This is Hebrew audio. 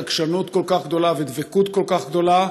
עקשנות כל כך גדולה ודבקות כל כך גדולה,